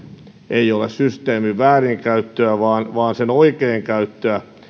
ei ole systeemin väärinkäyttöä vaan vaan sen oikeinkäyttöä